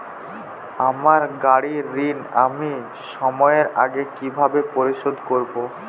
আমার গাড়ির ঋণ আমি সময়ের আগে কিভাবে পরিশোধ করবো?